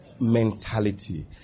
Mentality